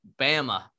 Bama